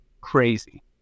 crazy